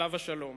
עליו השלום,